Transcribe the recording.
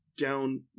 down